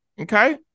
okay